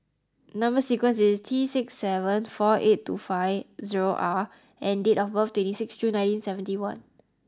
number sequence is T six seven four eight two five zero R and date of birth twenty six June nineteen seventy one